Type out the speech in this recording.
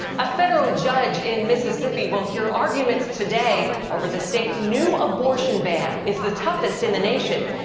a federal judge in mississippi will hear arguments today over the state's new abortion ban. it's the toughest in the nation.